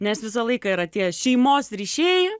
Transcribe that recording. nes visą laiką yra tie šeimos ryšiai